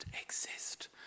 exist